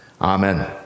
Amen